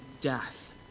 death